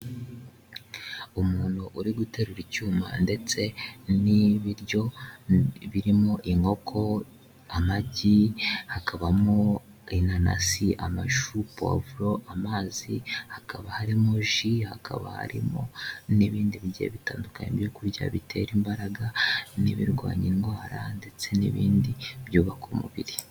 Umuntu uri guterura icyuma ndetse n'ibiryo birimo inkoko, amagi, hakabamo inanasi, amashu, puwaro, amazi, hakaba harimo ji, hakaba harimo n'ibindi bigiye bitandukanye byo kurya bitera imbaraga n'ibirwanya indwara ndetse n'ibindi byubaka umubiri.